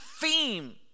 theme